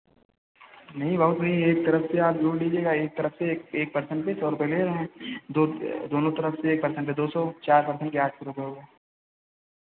नहीं बहुत नहीं है एक तरफ से आप जोड़ लीजिएगा एक तरफ से एक एक पर्सन के सौ रुपये ले रहे हैं दो दोनों तरफ से एक पर्सन पे दो सौ चार पर्सन के आठ सौ रुपये हुए